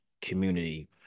community